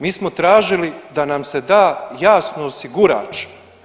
Mi smo tražili da nam se da jasno osigurač.